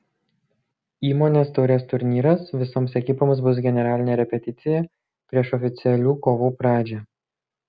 įmonės taurės turnyras visoms ekipoms bus generalinė repeticija prieš oficialių kovų pradžią